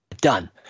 done